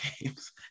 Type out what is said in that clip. games